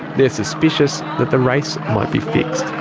they are suspicious that the race might be fixed.